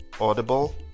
Audible